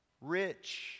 rich